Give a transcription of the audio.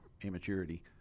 immaturity